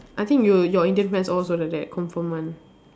I think you your Indian friends all also like that confirm one